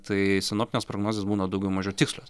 tai sinoptinės prognozės būna daugiau mažiau tikslios